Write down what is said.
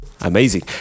Amazing